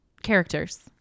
Characters